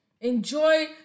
Enjoy